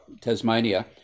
Tasmania